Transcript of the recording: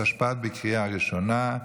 התשפ"ד 2023, בקריאה ראשונה.